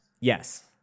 Yes